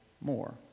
more